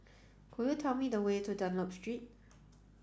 could you tell me the way to Dunlop Street